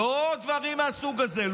לא דברים מהסוג הזה.